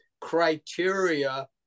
criteria